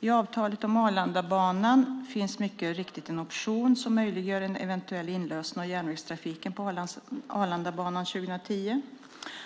I avtalet om Arlandabanan finns mycket riktigt en option som möjliggör en eventuell inlösen av järnvägstrafiken på Arlandabanan 2010.